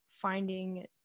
finding